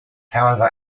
however